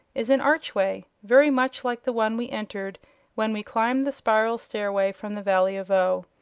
is an archway very much like the one we entered when we climbed the spiral stairway from the valley of voe.